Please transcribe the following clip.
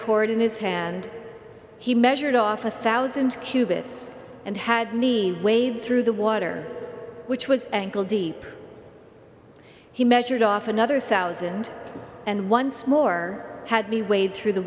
cord in his hand he measured off a thousand cubits and had need wave through the water which was ankle deep he measured off another thousand and once more had me wade through the